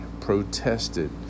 protested